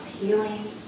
healing